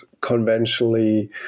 conventionally